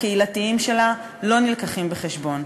הקהילתיים שלה לא מובאים בחשבון.